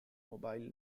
mobile